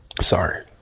Sorry